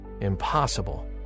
impossible